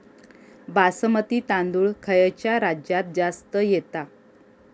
बासमती तांदूळ खयच्या राज्यात जास्त येता?